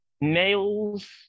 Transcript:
nails